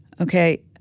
Okay